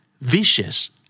Vicious